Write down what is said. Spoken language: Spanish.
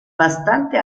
bastante